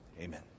Amen